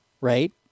Right